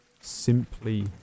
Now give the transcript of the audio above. simply